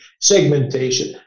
segmentation